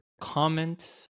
comment